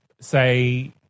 say